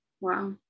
wow